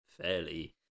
fairly